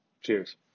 Cheers